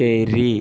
ശരി